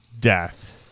death